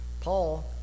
Paul